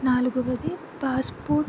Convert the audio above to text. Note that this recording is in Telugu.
నాలుగవది పాస్పోర్ట్